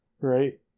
right